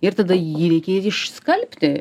ir tada jį reikia ir išskalbti